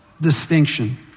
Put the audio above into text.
distinction